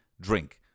drink